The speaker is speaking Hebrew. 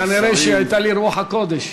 כנראה הייתה לי רוח הקודש.